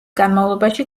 განმავლობაში